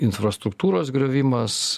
infrastruktūros griovimas